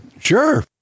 Sure